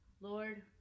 Lord